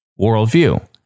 worldview